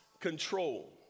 control